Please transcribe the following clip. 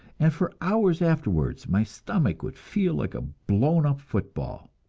and for hours afterwards my stomach would feel like a blown-up football.